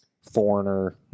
foreigner